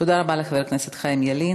תודה לחבר הכנסת חיים ילין.